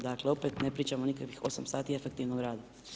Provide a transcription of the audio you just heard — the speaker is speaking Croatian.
Dakle, opet ne pričamo o nikakvih 8 sati efektivnog rada.